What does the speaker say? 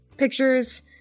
pictures